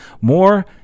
more